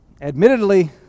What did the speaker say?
Admittedly